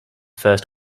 first